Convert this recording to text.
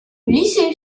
lycée